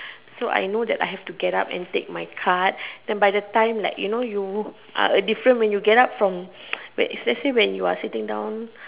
so I know that I will have to get up and take my card then by the time like you know you are like different when you get up from its let's say when you are sitting down